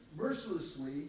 mercilessly